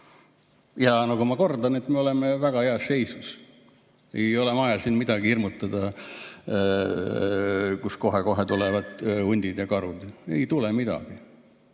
liigub. Ma kordan: me oleme väga heas seisus, ei ole vaja siin midagi hirmutada, et kohe-kohe tulevad hundid ja karud. Ei tule midagi.